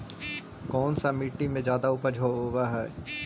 कोन सा मिट्टी मे ज्यादा उपज होबहय?